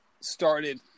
started